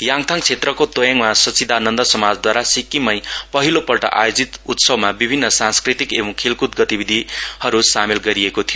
याङथाङ क्षेत्रको तोयाङमा सचिदानन्द समाजदवारा सिक्किममै पहिलोपल्ट आयोजित उत्सवमा विभिन्न संस्कृतिक एवं खेलक्द गतिविधिहरू सामेल गरिएको थियो